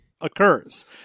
occurs